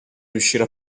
riuscire